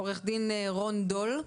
עו"ד רון דול,